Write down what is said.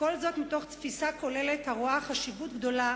כל זאת מתוך תפיסה כוללת הרואה חשיבות גדולה